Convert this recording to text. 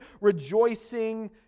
rejoicing